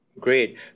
Great